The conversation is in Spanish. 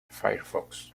firefox